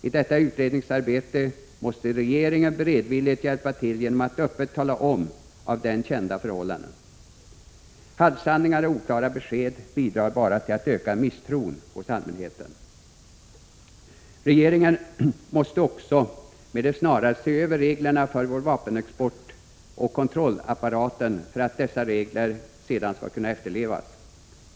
I detta utredningsarbete måste regeringen beredvilligt hjälpa till genom att öppet redogöra för av den kända förhållanden. Halvsanningar och oklara besked bidrar bara till att öka misstron hos allmänheten. Regeringen måste också med det snaraste se över reglerna för vår vapenexport och kontrollapparaten för att dessa regler sedan skall kunna efterlevas.